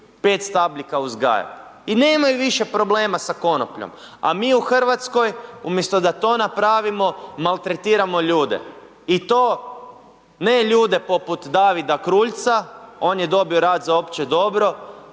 5 stabljika uzgajat. I nemaju više problema sa konopljom, a mi u Hrvatskoj umjesto da to napravimo, maltretiramo ljude. I to ne ljude poput Davida Kruljca, on je dobio rad za opće dobro,